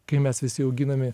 kai mes visi auginami